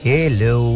Hello